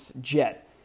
Jet